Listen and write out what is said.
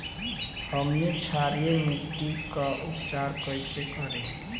हमनी क्षारीय मिट्टी क उपचार कइसे करी?